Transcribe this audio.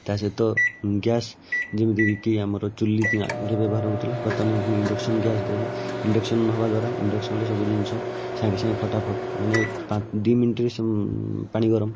ତା ସହିତ ଗ୍ୟାସ୍ ଯେମିତିକି ଆମର ଚୁଲି ଯେଉଁ ବ୍ୟବହାର ହେଉଥିଲା ବର୍ତ୍ତମାନ ଏଇକ୍ଷଣି ଇଣ୍ଡକ୍ସନ ଗ୍ୟାସ୍ ଦ୍ୱାରା ଇଣ୍ଡକ୍ସନ ହେବାଦ୍ୱାରା ଇଣ୍ଡକ୍ସନରେ ସବୁ ଜିନିଷ ସାଙ୍ଗେ ସାଙ୍ଗେ ଫଟାଫଟ୍ ମାନେ ଦୁଇ ମିନିଟ୍ରେ ସବୁ ପାଣି ଗରମ